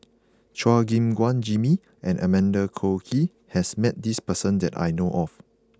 Chua Gim Guan Jimmy and Amanda Koe Lee has met this person that I know of